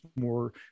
more